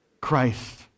Christ